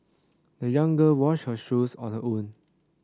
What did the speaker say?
the young girl washed her shoes on her own